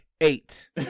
eight